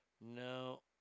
No